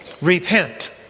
Repent